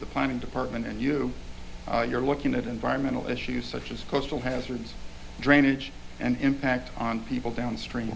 planning department and you you're looking at environmental issues such as coastal hazards drainage and impact on people downstream